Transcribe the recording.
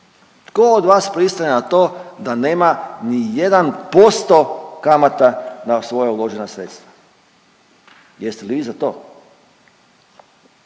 Tko od vas pristaje na to da nema ni 1% kamata na svoja uložena sredstva. Jeste li vi za to?